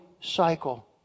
cycle